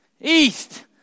East